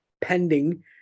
pending